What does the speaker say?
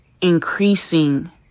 increasing